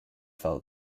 felt